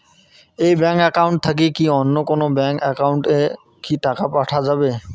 এই bank account থাকি কি অন্য কোনো ব্যাংক একাউন্ট এ কি টাকা পাঠা যাবে?